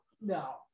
No